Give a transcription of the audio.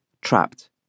trapped